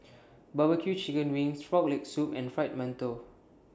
Barbecue Chicken Wings Frog Leg Soup and Fried mantou